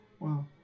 Wow